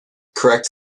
correct